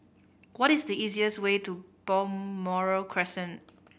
what is the easiest way to Balmoral Crescent